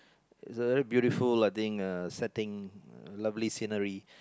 it's a very beautiful I think uh setting uh lovely scenery